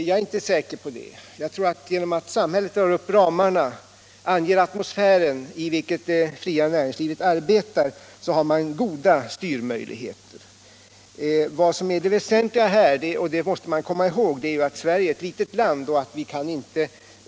Jag är inte säker på det. Genom att dra upp ramarna och ange den atmosfär i vilken det fria näringslivet får arbeta har samhället goda styrmöjligheter. Det väsentliga här är — och det måste man komma ihåg — att Sverige är ett litet land.